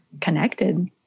connected